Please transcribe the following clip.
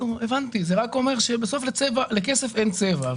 בסוף לכסף אין צבע.